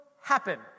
happen